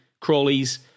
Crawley's